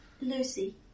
Lucy